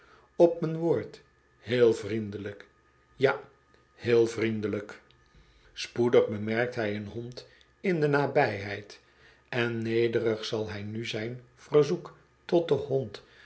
op m'n woord heel vriendelijk ja heel vriendelijk spoedig bemerkt hij een hond in de nabijheid en nederig zal hij nu zijn verzoek tot den hond